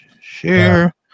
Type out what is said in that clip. Share